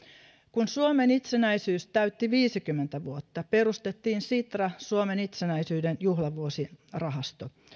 kun suomen itsenäisyys täytti viisikymmentä vuotta perustettiin sitra suomen itsenäisyyden juhlavuosirahasto